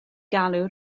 galw